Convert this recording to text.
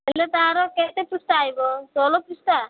ହେଲେ ତାର କେତେ ପୃଷ୍ଠା ଆଇବ ଷୋହଳ ପୃଷ୍ଠା